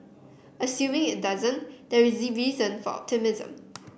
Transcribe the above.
assuming it doesn't there is reason for optimism